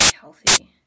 healthy